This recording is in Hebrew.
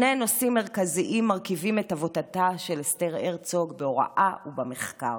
שני נושאים מרכזיים מרכיבים את עבודתה של אסתר הרצוג בהוראה ובמחקר,